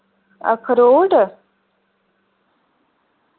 अखरोट